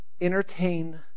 entertain